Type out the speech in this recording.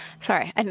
sorry